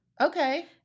Okay